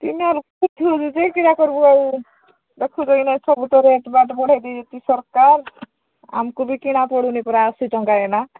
ନେଉଛ ଯେ କିରା କରିବୁ ଆଉ ଦେଖୁଛ ନାଇଁ ସବୁ ତ ରେଟ୍ବାଟ୍ ବଢ଼େଇ ଦେଇିଛି ସରକାର ଆମକୁ ବି କିଣା ପଡ଼ୁନି ପୁରା ଅଶୀ ଟଙ୍କା ଏଇନା